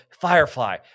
Firefly